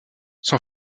son